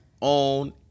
on